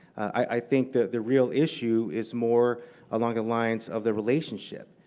i think that the real issue is more along the lines of the relationship.